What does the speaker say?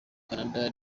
canada